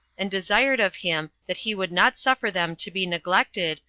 and desired of him that he would not suffer them to be neglected,